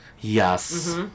Yes